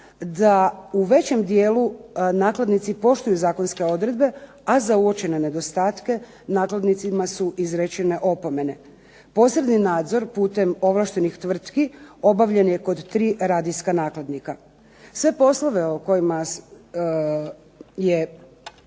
da u većem dijelu nakladnici poštuju zakonske odredbe, a za uočene nedostatke nakladnicima su izrečene opomene. Posredni nadzor putem ovlaštenih tvrtki obavljen je kod tri radijska nakladnika. Sve poslove koje